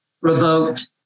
revoked